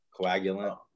coagulant